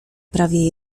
prawie